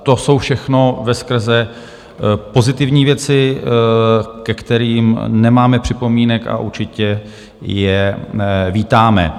To jsou všechno veskrze pozitivní věci, ke kterým nemáme připomínek, a určitě je vítáme.